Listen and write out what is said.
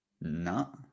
No